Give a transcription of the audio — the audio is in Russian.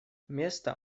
место